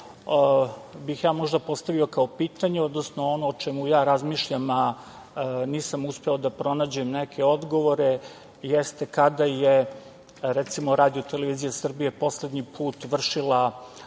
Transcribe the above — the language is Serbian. bih ja možda postavio kao pitanje, odnosno ono o čemu razmišljam, nisam uspeo da pronađem neke odgovore, jeste kada je recimo, RTS poslednji put vršila